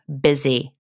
busy